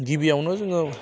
गिबिआवनो जोङो